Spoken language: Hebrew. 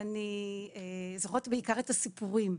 אני זוכרת בעיקר את הסיפורים.